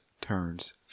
turns